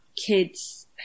kids